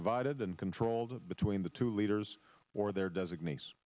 divided and controlled between the two leaders or their design